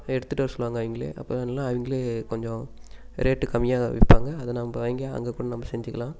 எடுத்துட்டு வர சொல்லுவாங்கள் அவங்களே அப்போ இல்லைனா அவங்களே கொஞ்சம் ரேட்டு கம்மியாக விற்பாங்க அது நம்ம வாங்கி அங்கே கூட நம்ம செஞ்சுக்கலாம்